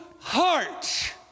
heart